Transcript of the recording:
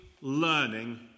learning